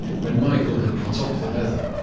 when michael had cut up the leather,